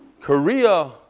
Korea